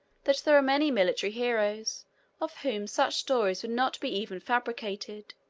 that there are many military heroes of whom such stories would not be even fabricated.